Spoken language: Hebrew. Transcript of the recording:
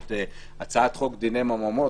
את הצעת חוק דיני ממונות,